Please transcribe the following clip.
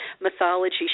mythology